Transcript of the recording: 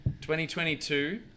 2022